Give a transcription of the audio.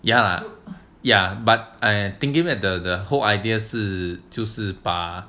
ya lah ya but I think him at the the whole idea 是就是把